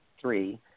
three